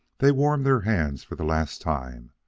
they warmed their hands for the last time,